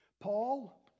Paul